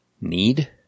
need